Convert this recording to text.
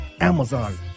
Amazon